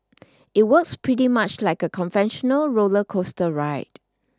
it works pretty much like a conventional roller coaster ride